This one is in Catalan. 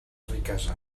riquesa